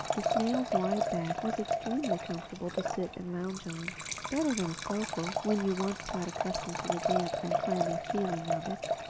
the snail's wide back was extremely comfortable to sit and lounge on better than a sofa, when you once got accustomed to the damp and clammy feeling of it.